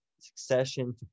succession